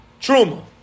truma